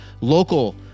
local